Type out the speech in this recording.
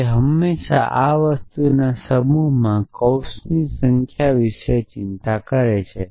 તે હંમેશાં આ વસ્તુના સમૂહમાં કૌંસની સંખ્યા વિશે ચિંતા કરે છે